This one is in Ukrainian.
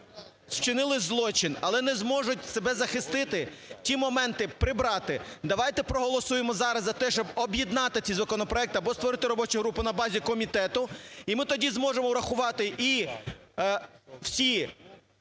вчинили злочин, але не зможуть себе захистити, ті моменти прибрати. Давайте проголосуємо зараз за те, щоб об'єднати ці законопроекти або створити робочу групу на базі комітету, і ми тоді зможемо врахувати і всі